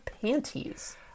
panties